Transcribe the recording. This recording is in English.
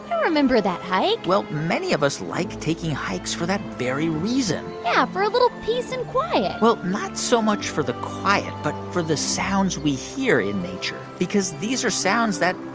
i remember that hike well, many of us like taking hikes for that very reason yeah, for a little peace and quiet well, not so much for the quiet but for the sounds we hear in nature because these are sounds that,